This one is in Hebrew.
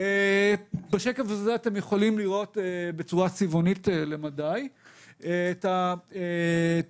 בשקף הזה אתם יכולים לראות בצורה צבעונית למדי גם את